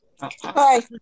Hi